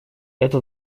это